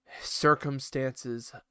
circumstances